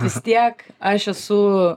vis tiek aš esu